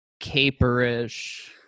caperish